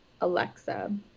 Alexa